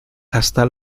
hasta